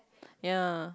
ya